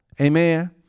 Amen